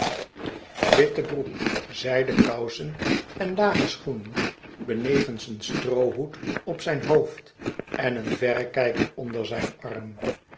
witte broek zijden kousen en lage schoenen benevens een stroohoed op zijn hoofd en een verrekijker onder zijn arm